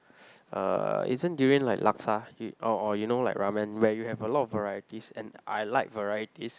uh isn't durian like laksa you or or you know like ramen where you have a lot of varieties and I like varieties